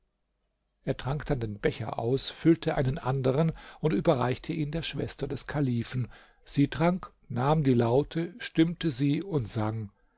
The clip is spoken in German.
er trank dann den becher aus füllte einen anderen und überreichte ihn der schwester des kalifen sie trank nahm die laute stimmte sie und sang